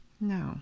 No